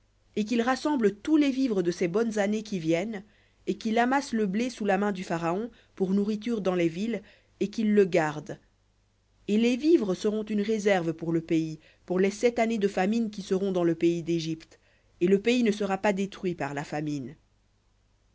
et qu'ils rassemblent tous les vivres de ces bonnes années qui viennent et qu'ils amassent le blé sous la main du pharaon pour nourriture dans les villes et qu'ils le gardent et les vivres seront une réserve pour le pays pour les sept années de famine qui seront dans le pays d'égypte et le pays ne sera pas détruit par la famine